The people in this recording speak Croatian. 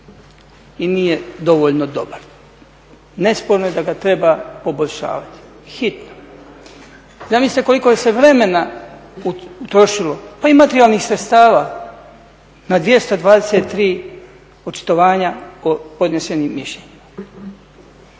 i nije dovoljno dobar. Nesporno je da ga treba poboljšavati, hitno. Zamislite koliko se vremena utrošilo, pa i materijalnih sredstava na 223 očitovanja o podnesenim mišljenjima.